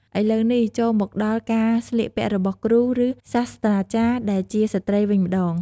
ឥឡូវនេះ ចូលមកដល់ការស្លៀកពាក់របស់គ្រូ ឬ សាស្ត្រចារ្យដែលជាស្ត្រីវិញម្ដង។